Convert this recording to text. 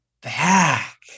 back